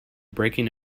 breaking